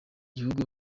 gihugu